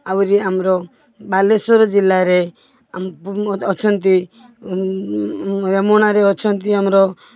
ଆହୁରି ଆମର ବାଲେଶ୍ବର ଜିଲ୍ଲାରେ ଅଛନ୍ତି ରେମୁଣାରେ ଅଛନ୍ତି ଆମର